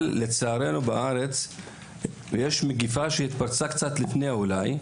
אבל לצערנו בארץ יש מגיפה שהתפרצה קצת לפני אולי,